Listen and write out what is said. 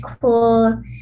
cool